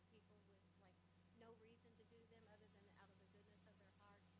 like no reason to do them other than out of the goodness of their heart,